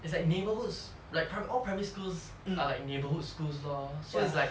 it's like neighbourhoods like prim~ all primary schools are neighbourhood schools lor so it's like